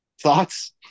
thoughts